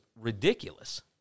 ridiculous